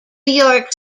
york